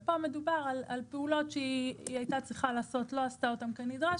פה מדובר על פעולות שהיא הייתה צריכה לעשות ולא עשתה אותם כנדרש,